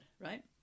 right